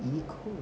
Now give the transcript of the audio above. me cool